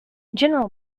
general